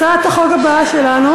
הצעת החוק הבאה שלנו